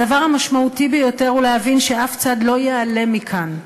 הדבר המשמעותי ביותר הוא להבין שאף צד לא ייעלם מכאן,